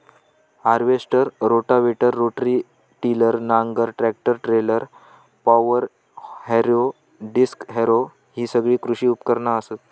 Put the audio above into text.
harvester, rotavator, rotary tiller, नांगर, tractor trailer, power harrow, disc harrow हि सगळी कृषी उपकरणा असत